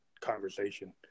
conversation